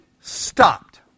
stopped